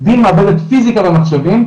דיון מעבדת פיסיקה במחשבים,